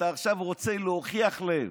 עכשיו אתה רוצה להוכיח להם,